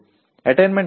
attainment gap 0